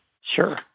Sure